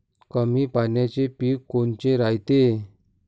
कमी पाण्याचे पीक कोनचे रायते?